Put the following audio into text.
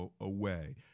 away